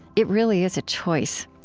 it really is a choice.